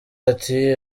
ati